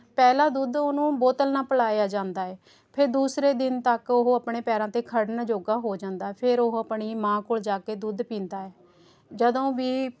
ਪਹਿਲਾ ਦੁੱਧ ਉਹਨੂੰ ਬੋਤਲ ਨਾਲ ਪਿਲਾਇਆ ਜਾਂਦਾ ਹੈ ਫਿਰ ਦੂਸਰੇ ਦਿਨ ਤੱਕ ਉਹ ਆਪਣੇ ਪੈਰਾਂ 'ਤੇ ਖੜ੍ਹਨ ਜੋਗਾ ਹੋ ਜਾਂਦਾ ਫਿਰ ਉਹ ਆਪਣੀ ਮਾਂ ਕੋਲ ਜਾ ਕੇ ਦੁੱਧ ਪੀਂਦਾ ਏ ਜਦੋਂ ਵੀ